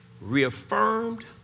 reaffirmed